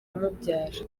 umubyara